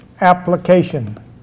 application